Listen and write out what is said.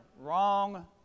wrong